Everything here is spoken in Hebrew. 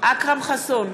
אכרם חסון,